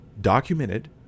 documented